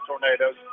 tornadoes